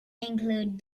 included